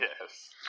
Yes